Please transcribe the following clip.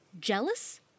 jealous